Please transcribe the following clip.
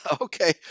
Okay